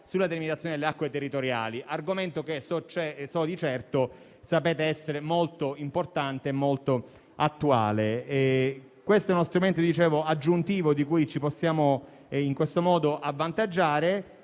sulla delimitazione delle acque territoriali; argomento che - so per certo - sapete essere molto importante e attuale. Si tratta di uno strumento aggiuntivo di cui ci possiamo in questo modo avvantaggiare.